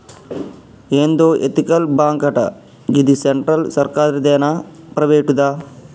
ఏందో ఎతికల్ బాంకటా, గిది సెంట్రల్ సర్కారుదేనా, ప్రైవేటుదా